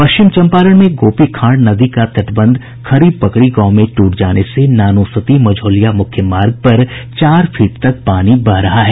पश्चिम चम्पारण में गोपीखांड नदी का तटबंध खरीपकरी गांव में टूट जाने से नानोसती मझौलिया मुख्य मार्ग पर चार फीट तक पानी बह रहा है